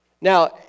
Now